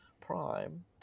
Prime